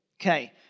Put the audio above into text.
Okay